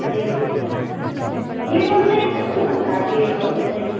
ए हजुर हजुर डेलो चाहिँ कस्तो छ होला डेलोहरू चाहिँ